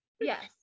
Yes